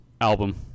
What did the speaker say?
album